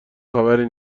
خبری